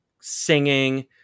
singing